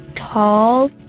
tall